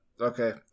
Okay